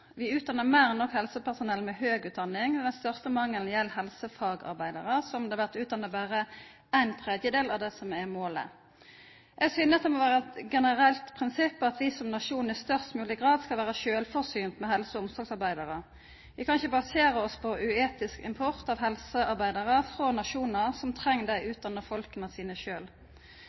Vi utdannar meir enn nok helsepersonell med høg utdanning. Den største mangelen gjeld helsefagarbeidarar; det har blitt utdanna berre ein tredjedel av det som er målet. Eg synest det må vera eit generelt prinsipp at vi som nasjon i størst mogleg grad skal vera sjølvforsynte med helse- og omsorgsarbeidarar. Vi kan ikkje basera oss på uetisk import av helsearbeidarar frå nasjonar som treng dei utdanna folka sine